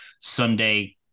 Sunday